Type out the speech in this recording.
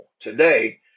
Today